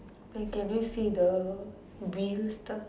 then can you see the wheel stuff